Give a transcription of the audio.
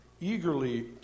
eagerly